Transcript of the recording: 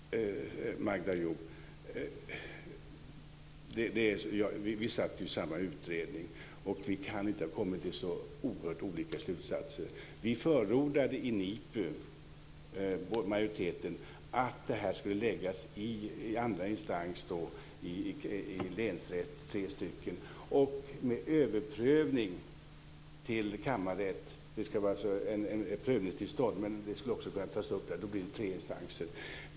Fru talman! Magda Ayoub, vi satt ju i samma utredning, och vi kan inte ha kommit fram till så oerhört olika slutsatser. Majoriteten förordade i NIPU att detta skulle läggas i andra instans, i länsrätt, med överprövning till kammarrätt - då krävs prövningstillstånd. Det blir då tre instanser.